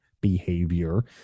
behavior